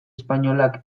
espainolak